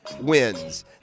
wins